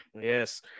Yes